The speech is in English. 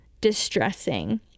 distressing